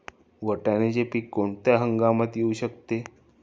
वाटाण्याचे पीक कोणत्या हंगामात येऊ शकते?